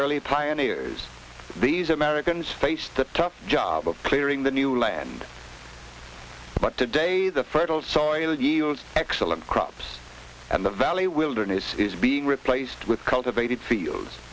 early pioneers these americans faced a tough job of clearing the new land but today the fertile soil used excellent crops and the valley wilderness is being replaced with cultivated fields